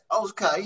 Okay